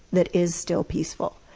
that is still peaceful.